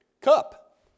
cup